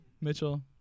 mitchell